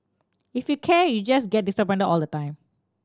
if you care you just get disappointed all the time